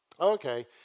Okay